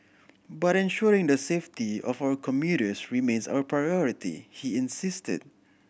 but ensuring the safety of our commuters remains our priority he insisted